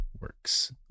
works